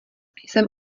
jsem